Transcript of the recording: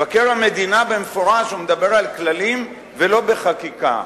מבקר המדינה מדבר במפורש על כללים ולא על חקיקה.